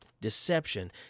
deception